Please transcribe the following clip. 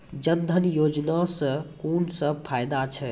जनधन योजना सॅ कून सब फायदा छै?